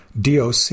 DOC